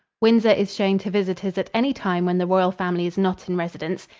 windsor is shown to visitors at any time when the royal family is not in residence.